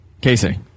casey